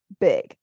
big